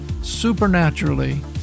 supernaturally